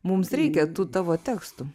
mums reikia tų tavo tekstų